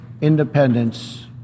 independence